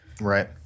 Right